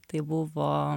tai buvo